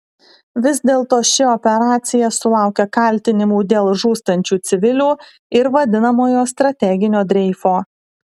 vis dėlto ši operacija sulaukia kaltinimų dėl žūstančių civilių ir vadinamojo strateginio dreifo